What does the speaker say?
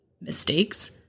mistakes